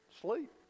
sleep